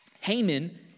Haman